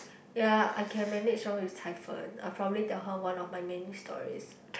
ya I can manage her with Cai Fen I probably tell her one of my many stories